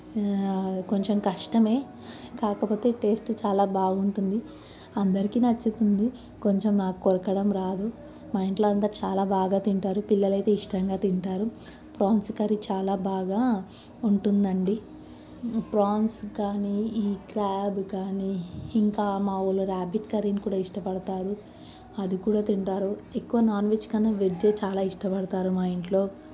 కొంచెం కష్టమే కాకపోతే టేస్ట్ చాలా బాగుంటుంది అందరికీ నచ్చుతుంది కొంచెం నాకు కొరకడం రాదు మా ఇంట్లో అంతా చాలా బాగా తింటారు పిల్లలైతే ఇష్టంగా తింటారు ప్రాన్స్ కర్రీ చాలా బాగా ఉంటుందండి ప్రాన్స్ కానీ ఈ క్రాబ్ కానీ ఇంకా మా ఊర్లో రాబిట్ కర్రీని కూడా ఇష్టపడతారు అది కూడా తింటారు ఎక్కువ నాన్వెజ్ కన్నా వెజ్ చాలా ఇష్టపడతారు మా ఇంట్లో